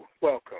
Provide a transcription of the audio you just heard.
welcome